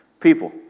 People